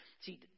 See